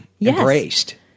embraced